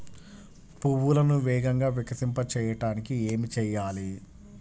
పువ్వులను వేగంగా వికసింపచేయటానికి ఏమి చేయాలి?